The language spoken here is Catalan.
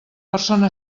persona